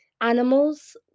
animals